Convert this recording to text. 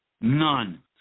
None